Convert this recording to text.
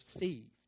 received